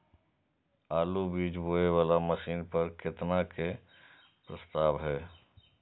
आलु बीज बोये वाला मशीन पर केतना के प्रस्ताव हय?